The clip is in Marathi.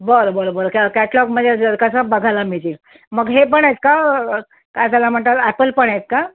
बरं बरं बरं कॅ कॅटलॉग म्हणजे ज कसं बघायला मिळतील मग हे पण आहेत का काय त्याला म्हणतात अॅपल पण आहेत का